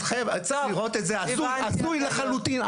את חייבת לראות את זה, הזוי לחלוטין.